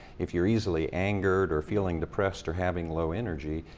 if you're easily angered or feeling depressed or having low energy,